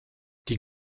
die